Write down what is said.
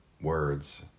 words